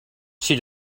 she